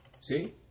See